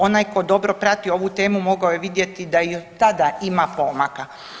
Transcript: Onaj ko dobro prati ovu temu mogao je vidjeti da i od tada ima pomaka.